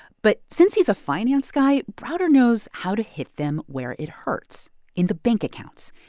but since he's a finance guy, browder knows how to hit them where it hurts in the bank accounts.